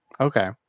Okay